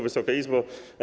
Wysoka Izbo!